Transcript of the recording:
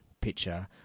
picture